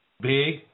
Big